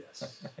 Yes